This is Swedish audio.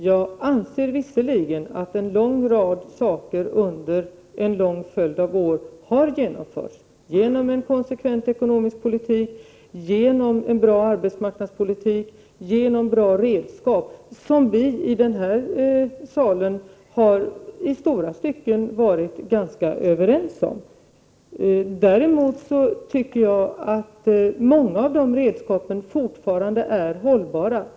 Jag anser visserligen att en lång rad saker under en lång följd av år har genomförts genom en konsekvent ekonomisk politik, genom en bra arbetsmarknadspolitik, genom bra redskap, som vi i den här salen i stora stycken har varit ganska överens om. Däremot tycker jag att många av de redskapen fortfarande är hållbara.